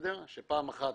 שדבר ראשון,